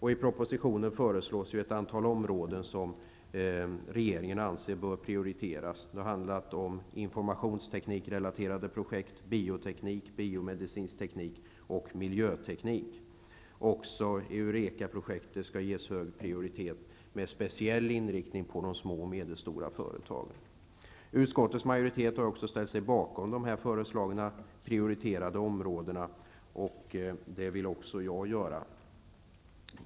I propositionen föreslås ett antal områden som regeringen anser bör prioriteras. Det handlar om informationsteknikrelaterade projekt, bioteknik och biomedicinsk teknik samt miljöteknik. Också Eurekaprojektet skall ges hög prioritet med speciell inriktning på de små och medelstora företagen. Utskottets majoritet har också ställt sig bakom de föreslagna prioriterade områdena, och det vill även jag göra.